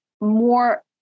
more